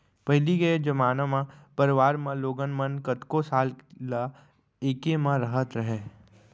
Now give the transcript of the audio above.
पहिली के जमाना म परवार म लोगन मन कतको साल ल एके म रहत रहें